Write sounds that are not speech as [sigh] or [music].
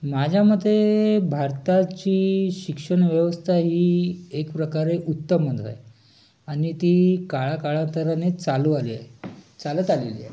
माझ्या मते भारताची शिक्षणव्यवस्था ही एक प्रकारे उत्तम [unintelligible] आणि ती काळा काळातराने चालू आली आहे चालत आलेली आहे